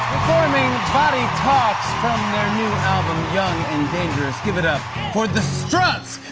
performing body talks from their new album, young and dangerous, give it up for the struts